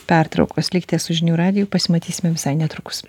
pertraukos likite su žinių radiju pasimatysime visai netrukus